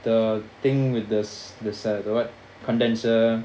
the thing with this the sad~ what condenser